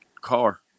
car